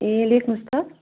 ए लेख्नुहोस् त